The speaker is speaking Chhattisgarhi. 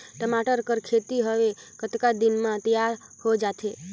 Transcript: टमाटर कर खेती हवे कतका दिन म तियार हो जाथे?